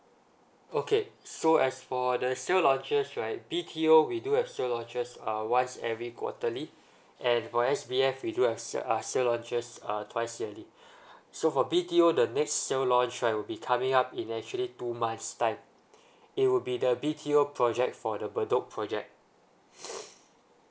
okay so as for the sale launches right B_T_O we do have sale launches uh once every quarterly and for S_B_F we do have sa~ uh sale launches uh twice yearly so for B_T_O the next sale launch right will be coming up in actually two months time it will be the B_T_O project for the bedok project